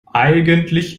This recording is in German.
eigentlich